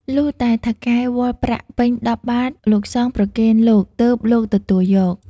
លុះតែថៅកែវាល់ប្រាក់ពេញ ១០ បាត្រលោកសង្ឃ ប្រគេនលោក ទើបលោកទទួលយក"។